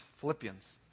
Philippians